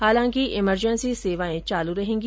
हालांकि इमरजेंसी सेवाएं चालू रहेंगी